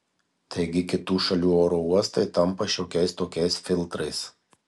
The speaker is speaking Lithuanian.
taigi kitų šalių oro uostai tampa šiokiais tokiais filtrais